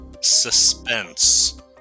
suspense